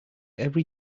every